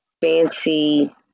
fancy